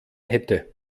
hätte